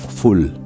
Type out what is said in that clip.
full